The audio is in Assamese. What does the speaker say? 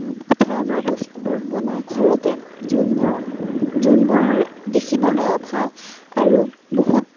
ধৰণৰ বস্তুবোৰ বনায় ঘৰতে যোনবোৰ যোনবোৰ দেখিবলৈয়ো ভাল আৰু বহুত